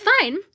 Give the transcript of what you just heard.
fine